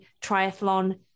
triathlon